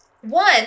one